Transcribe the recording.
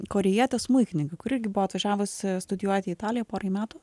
korėjiete smuikininke kuri irgi buvo atvažiavusi studijuoti į italiją porai metų